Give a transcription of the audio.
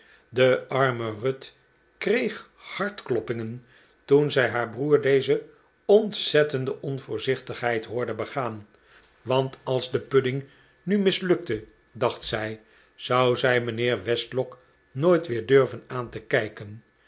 de arme ruth kreeg hartkloppingen toen zij haar broer deze ontzettende onvoorzichtigheid hoorde begaan want als de pudding nu mislukte dacht zij zou zij mijnheer westlock nooit weer durven aan te kijken